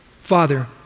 Father